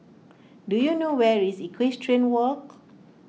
do you know where is Equestrian Walk